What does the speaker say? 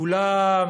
כולם